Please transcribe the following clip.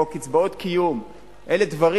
או "קצבאות קיום" אלה דברים